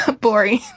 Boring